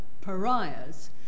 pariahs